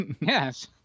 Yes